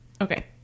okay